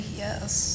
yes